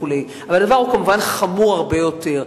אבל הדבר כמובן חמור הרבה יותר.